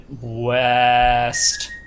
west